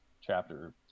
chapter